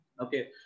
Okay